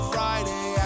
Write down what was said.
Friday